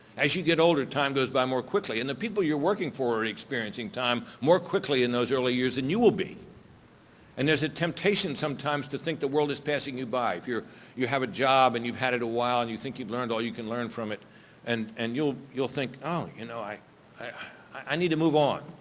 as you get older, time goes by more quickly and the people you're working for are experiencing time more quickly in those early years than you will be and there's a temptation sometimes to think the world is passing you by. if you have a job and you've had it a while and you think you've learned all you can learn from it and and you'll you'll think oh, you know i i need to move on,